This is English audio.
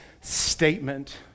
statement